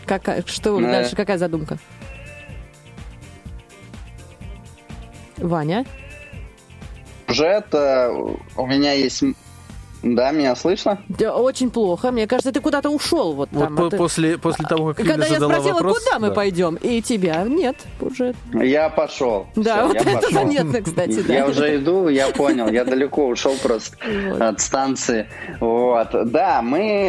Какая- что вы дальше? Да. Какая задумка? Ваня? Бюджет, э, у- у меня есть м- Да, меня слышно? Да, очень плохо. Мне кажется, ты куда-то ушел вот Вот там, а по- ты- после- после А, того, как и когда Юля я задала спросила, вопрос, «Куда мы да. пойдем?» И тебя нет. Бюджет. Я пошел. Да, Всё, вот я это пошел. заметно, кстати, Я да. уже иду, я понял. Я далеко ушел просто Вот. от станции. Вот. Да, мы